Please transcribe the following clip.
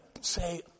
say